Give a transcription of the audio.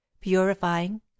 Purifying